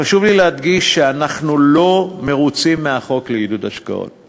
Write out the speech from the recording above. חשוב לי להדגיש שאנחנו לא מרוצים מהחוק לעידוד השקעות הון.